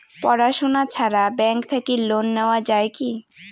পড়াশুনা ছাড়া ব্যাংক থাকি লোন নেওয়া যায় কি?